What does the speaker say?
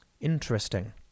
Interesting